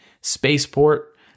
spaceport